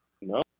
No